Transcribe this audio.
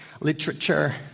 literature